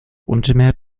märtyrer